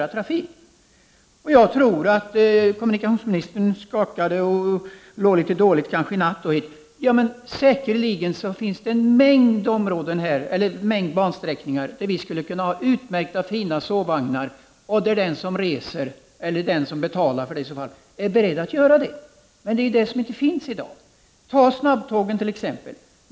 Jag tror att tåget skakade och att kommunikationsministern kanske låg litet dåligt i natt. Det finns säkerligen en mängd bansträckor där vi skulle kunna ha utmärkta, fina sovvagnar som den som reser med är beredd att betala för. Men det alternativet finns ju inte i dag. Ta snabbtågen t.ex.